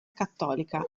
cattolica